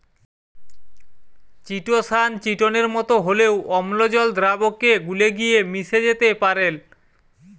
chitosan চিটোনের মতো হলেও অম্লজল দ্রাবকে গুলে গিয়ে মিশে যেতে পারেল